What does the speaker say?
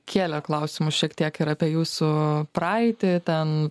kėlė klausimus šiek tiek ir apie jūsų praeitį ten